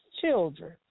children